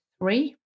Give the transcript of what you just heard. three